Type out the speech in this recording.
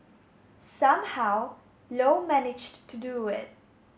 somehow Low managed to do it